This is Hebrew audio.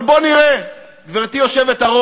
אבל בואו נראה, גברתי היושבת-ראש,